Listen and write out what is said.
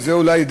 וזה אולי,